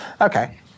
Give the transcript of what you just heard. Okay